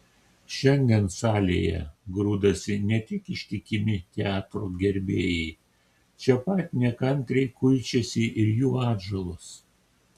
šiandien salėje grūdasi ne tik ištikimi teatro gerbėjai čia pat nekantriai kuičiasi ir jų atžalos